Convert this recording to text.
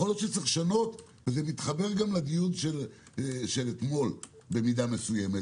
יכול להיות שצריך לשנות וזה גם מתחבר לדיון אתמול במידה מסוימת.